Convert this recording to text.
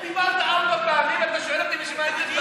אתה דיברת ארבע פעמים ואתה שואל אותי בשביל מה אני צריך לעלות?